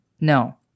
No